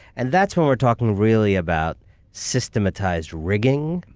and that's when we're talking really about systematized rigging